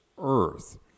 earth